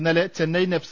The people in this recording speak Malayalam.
ഇന്നലെ ചെന്നൈയിൻ എഫ്